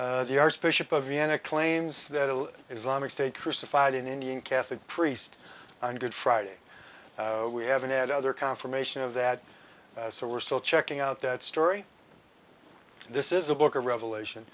archbishop of vienna claims that all islamic state crucified an indian catholic priest on good friday we haven't had other confirmation of that so we're still checking out that story this is a book of revelation